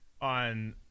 on